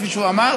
כפי שהוא אמר,